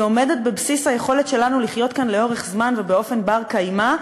היא עומדת בבסיס היכולת שלנו לחיות כאן לאורך זמן ובאופן בר-קיימא.